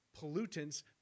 pollutants